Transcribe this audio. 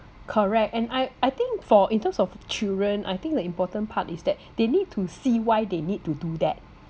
correct and I I think for in terms of children I think the important part is that they need to see why they need to do that